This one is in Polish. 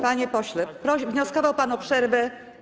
Panie pośle, wnioskował pan o przerwę.